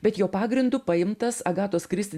bet jo pagrindu paimtas agatos kristi